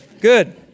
Good